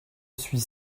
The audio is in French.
suis